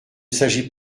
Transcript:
s’agit